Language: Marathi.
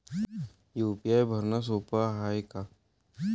यू.पी.आय भरनं सोप हाय का?